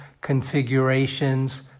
configurations